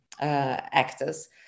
actors